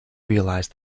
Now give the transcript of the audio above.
realize